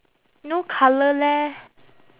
no colour leh